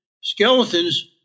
skeletons